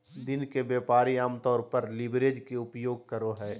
दिन के व्यापारी आमतौर पर लीवरेज के उपयोग करो हइ